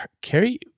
Carrie